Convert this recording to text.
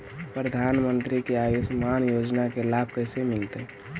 प्रधानमंत्री के आयुषमान योजना के लाभ कैसे मिलतै?